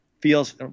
feels